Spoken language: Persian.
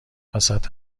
وسط